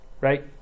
right